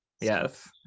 yes